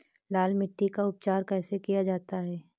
लाल मिट्टी का उपचार कैसे किया जाता है?